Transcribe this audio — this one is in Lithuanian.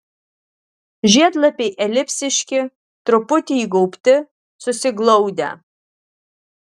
žiedlapiai elipsiški truputį įgaubti susiglaudę